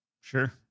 Sure